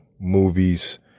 Movies